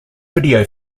video